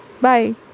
bye